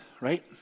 right